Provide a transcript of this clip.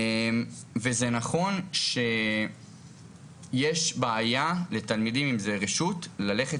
וזה נכון שיש בעיה לתלמידים אם זה רשות ללכת